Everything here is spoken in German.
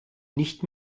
nicht